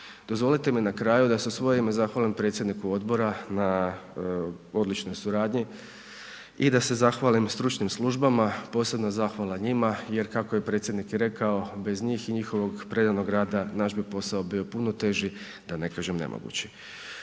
Dozvolite mi na kraju da se u svoje ime zahvalim predsjedniku odbora na odličnoj suradnji i da se zahvalim stručnim službama, posebna zahvala njima jer kako je predsjednik rekao, bez njih i njihovog predanog rada naš bi posao bio puno teži da ne kažem nemogući.